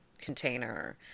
container